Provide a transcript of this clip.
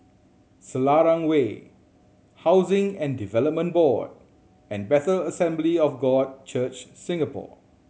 Selarang Way Housing and Development Board and Bethel Assembly of God Church Singapore